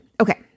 Okay